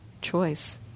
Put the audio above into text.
choice